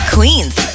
Queen's